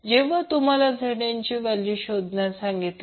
जेव्हा तुम्हाला ZN ची व्हॅल्यू शोधण्यास सांगितले